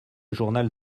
journal